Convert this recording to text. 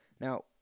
Now